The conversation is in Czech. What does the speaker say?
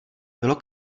bylo